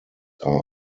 are